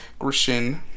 Grishin